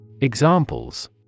Examples